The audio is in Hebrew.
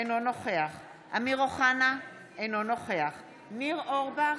אינו נוכח אמיר אוחנה, אינו נוכח ניר אורבך,